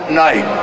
night